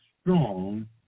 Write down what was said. strong